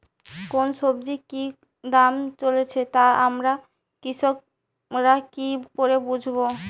কোন সব্জির কি দাম চলছে তা আমরা কৃষক রা কি করে বুঝবো?